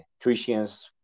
Christians